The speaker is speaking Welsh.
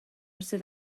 sydd